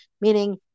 meaning